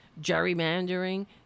gerrymandering